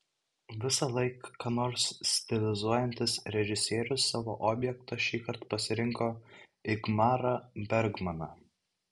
visąlaik ką nors stilizuojantis režisierius savo objektu šįkart pasirinko ingmarą bergmaną